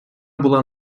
була